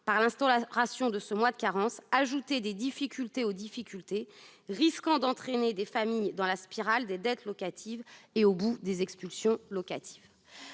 par l'instauration d'un mois de carence, des difficultés aux difficultés, risquant d'entraîner des familles dans la spirale des dettes locatives et des expulsions locatives.